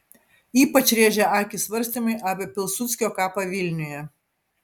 ypač rėžia akį svarstymai apie pilsudskio kapą vilniuje